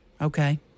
Okay